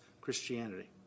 Christianity